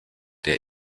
der